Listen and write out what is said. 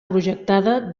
projectada